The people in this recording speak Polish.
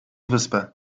wyspę